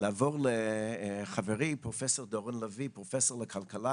לעבור לחברי, פרופ' דורון לביא, פרופסור לכלכלה